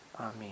Amen